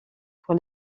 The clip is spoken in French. pour